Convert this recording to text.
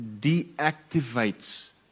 deactivates